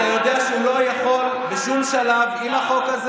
אתה יודע שהוא לא יכול בשום שלב עם החוק,